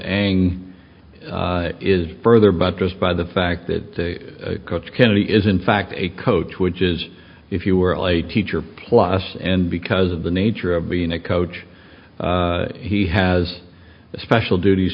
ang is further buttressed by the fact that coach kennedy is in fact a coach which is if you were all a teacher plus and because of the nature of being a coach he has a special duties